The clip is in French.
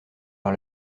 par